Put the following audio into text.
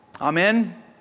Amen